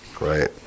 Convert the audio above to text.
right